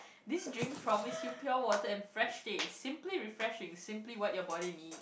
this drink promise you pure water and fresh taste simply refreshing simply what your body need